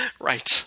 Right